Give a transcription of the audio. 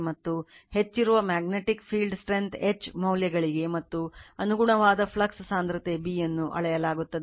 ಮತ್ತು ಹೆಚ್ಚುತ್ತಿರುವ magnetic field strength H ಮೌಲ್ಯಗಳಿಗೆ ಮತ್ತು ಅನುಗುಣವಾದ ಫ್ಲಕ್ಸ್ ಸಾಂದ್ರತೆ B ಅನ್ನು ಅಳೆಯಲಾಗುತ್ತದೆ